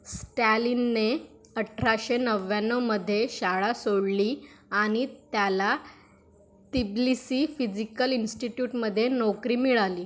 स्टॅलिनने अठराशे नव्व्याण्णवमध्ये शाळा सोडली आणि त्याला तिब्लिसी फिजिकल इन्स्टिट्यूटमध्ये नोकरी मिळाली